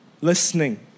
listening